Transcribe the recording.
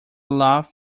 love